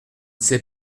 sait